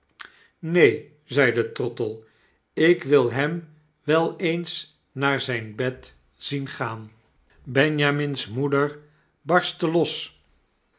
aneen zeide trottle ik wil hem wel eens naar zijn bed zien gaan een huis te huur benjamin's moeders barstte los